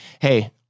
hey